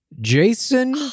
Jason